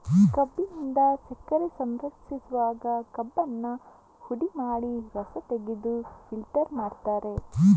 ಕಬ್ಬಿನಿಂದ ಸಕ್ಕರೆ ಸಂಸ್ಕರಿಸುವಾಗ ಕಬ್ಬನ್ನ ಹುಡಿ ಮಾಡಿ ರಸ ತೆಗೆದು ಫಿಲ್ಟರ್ ಮಾಡ್ತಾರೆ